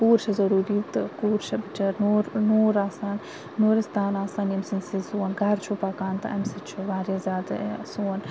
کوٗر چھِ ضروٗری تہٕ کوٗر چھےٚ بِچٲر نوٗر نوٗر آسان نورِستان آسان ییٚمہِ سٕنٛز سۭتۍ سون گَرٕ چھُ پَکان تہٕ امہِ سۭتۍ چھُ واریاہ زیادٕ سون